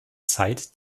zeit